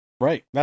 Right